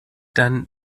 dann